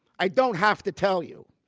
i don't have to tell you.